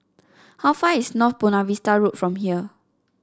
how far is North Buona Vista Road from here